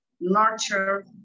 nurture